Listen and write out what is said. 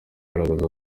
ugaragaza